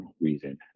reason